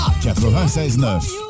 96.9